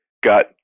got